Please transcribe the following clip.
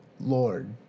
Lord